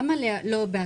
למה לא בכול?